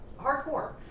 hardcore